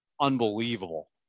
Unbelievable